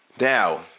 Now